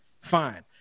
Fine